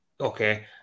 okay